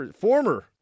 former